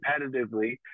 competitively